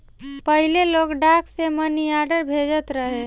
पहिले लोग डाक से मनीआर्डर भेजत रहे